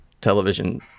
television